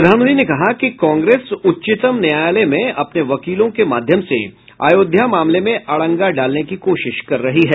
प्रधानमंत्री ने कहा कि कांग्रेस उच्चतम न्यायालय में अपने वकीलों के माध्यम से अयोध्या मामले में अड़ंगा डालने की कोशिश कर रही है